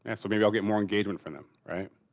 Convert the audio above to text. and so maybe i'll get more engagement from them, right?